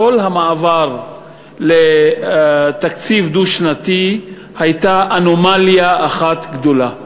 כל המעבר לתקציב דו-שנתי היה אנומליה אחת גדולה.